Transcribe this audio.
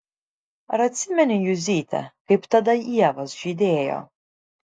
ar atsimeni juzyte kaip tada ievos žydėjo